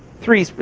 three,